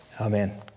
Amen